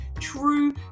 true